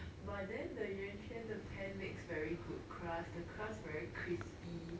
but then the 圆圈的 pan makes very good crust the crust very crispy